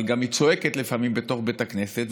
אבל גם היא צועקת לפעמים בתוך בית הכנסת,